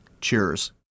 Cheers